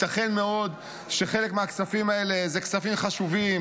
ייתכן מאוד שחלק מהכספים האלה זה כספים חשובים,